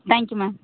thank you ma'am